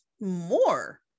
more